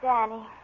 Danny